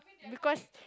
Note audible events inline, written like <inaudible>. because <noise>